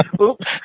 Oops